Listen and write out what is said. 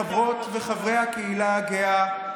חברות וחברי הקהילה הגאה,